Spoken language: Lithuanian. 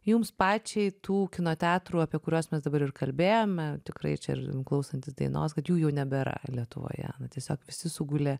jums pačiai tų kino teatrų apie kuriuos mes dabar ir kalbėjome tikrai čia ir klausantis dainos kad jų jau nebėra lietuvoje tiesiog visi sugulė